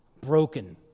broken